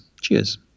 Cheers